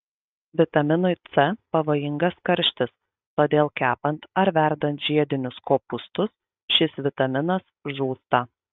vitaminui c pavojingas karštis todėl kepant ar verdant žiedinius kopūstus šis vitaminas žūsta